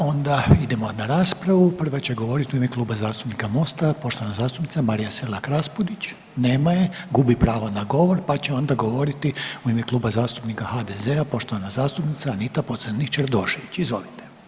Onda idemo na raspravu, prva će govoriti u ime Kluba zastupnika Mosta poštovana zastupnica Marija Selak Raspudić, nema je, gubi pravo na govor, pa će onda govoriti u ime Kluba zastupnika HDZ-a poštovana zastupnica Anita Pocrnić Radošević, izvolite.